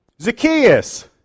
Zacchaeus